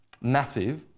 massive